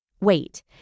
wait